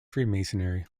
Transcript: freemasonry